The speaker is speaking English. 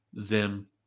Zim